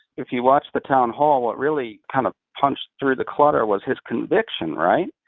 if you watched the town hall, what really kind of punched through the clutter was his conviction, right?